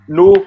no